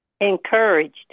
Encouraged